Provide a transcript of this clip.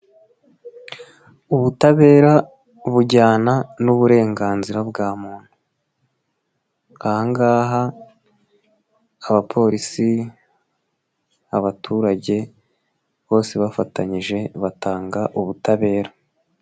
Ubutabera bujyana n'uburenganzira bwa muntu, aha ngaha abapolisi, abaturage bose bafatanyije batanga ubutabera.